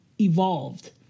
evolved